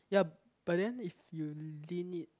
ya but then if you lean it